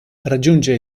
raggiunge